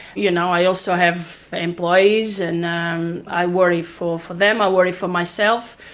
you know i also have employees and um i worry for for them. i worry for myself.